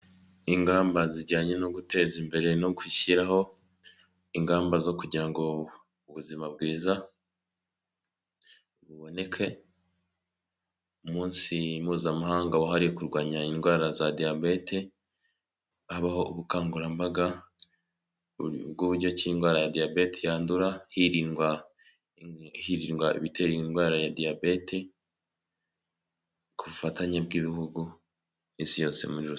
Ingamba zijyanye no guteza imbere no gushyiraho ingamba zo kugira ngo ubuzima bwiza buboneke, umunsi mpuzamahanga wahariwe kurwanya indwara za diyabete habaho ubukangurambaga bw'uburyo ki indwara ya diyabete yandura, hirindwa ibitera iyo ndwara ya diyabete ku bufatanye bw'ibihugu n'isi yose muri rusange.